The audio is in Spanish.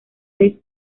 seis